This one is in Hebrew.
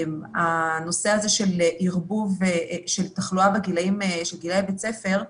הנושא הזה של ערבוב של תחלואה בגילאי בית ספר,